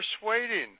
persuading